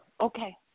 Okay